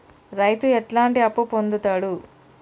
రైతు ఎట్లాంటి అప్పు పొందుతడు?